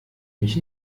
mich